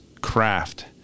craft